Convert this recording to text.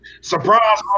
Surprise